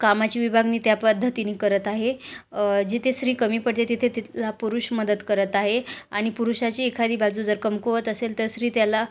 कामाची विभागणी त्या पद्धतीने करत आहे जिथे स्त्री कमी पडते तिथे तिथला पुरुष मदत करत आहे आणि पुरुषाची एखादी बाजू जर कमकुवत असेल तर स्त्री त्याला